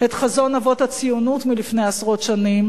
את חזון אבות הציונות מלפני עשרות שנים,